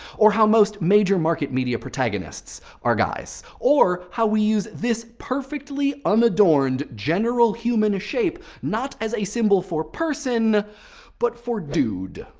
or how most major market media protagonists are guys, or how we use this perfectly unadorned general human to shape not as a symbol for person but for dude.